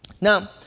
Now